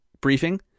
briefing